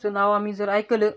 ते नाव आम्ही जर ऐकलं